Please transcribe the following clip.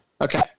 Okay